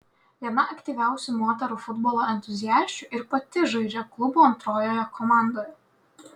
viena aktyviausių moterų futbolo entuziasčių ir pati žaidžia klubo antrojoje komandoje